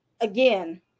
again